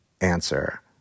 Answer